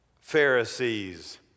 Pharisees